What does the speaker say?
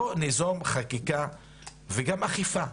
בואו ניזום חקיקה וגם אכיפה.